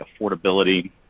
affordability